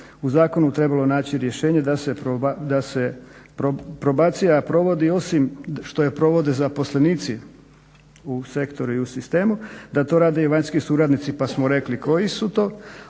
u zakonu trebalo naći rješenje da se probacija provodi osim što je provode zaposlenici u sektoru i u sistemu da to rade i vanjski suradnici pa smo rekli koji su to,